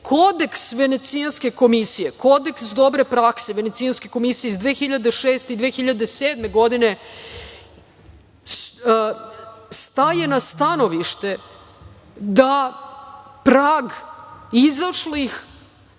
Kodeks Venecijanske komisije, kodeks dobre prakse Venecijanske komisije iz 2006. i 2007. godine staje na stanovište da prag izašlih